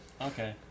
Okay